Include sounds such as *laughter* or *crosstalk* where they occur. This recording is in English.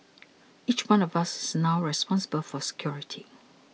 *noise* each one of us is now responsible for security